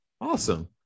Awesome